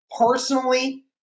personally